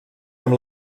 amb